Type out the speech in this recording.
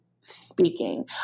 speaking